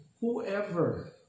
whoever